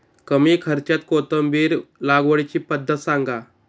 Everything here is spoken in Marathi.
कमी खर्च्यात कोथिंबिर लागवडीची पद्धत सांगा